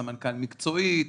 סמנכ"ל מקצועי,